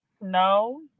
No